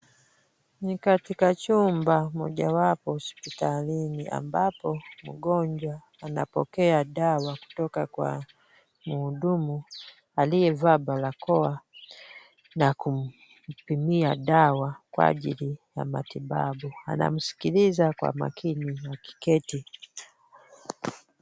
Ni katika chumba mojawapo hospitalini ambapo mgonjwa anapokea dawa kutoka kwa mhudumu aliyevaa barakoa na kumpimia dawa kwa ajili ya matibabu. Anamsikiliza kwa makini akiketi.